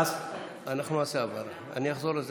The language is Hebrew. מחדד את